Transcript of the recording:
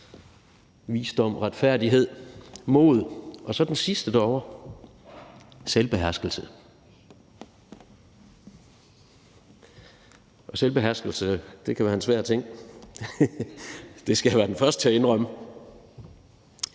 visdom, retfærdighed, mod og så den sidste derovre: selvbeherskelse. Og selvbeherskelse kan være en svær ting; det skal jeg være den første til at indrømme.